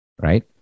right